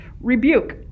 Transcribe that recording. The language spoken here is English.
Rebuke